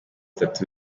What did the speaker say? itatu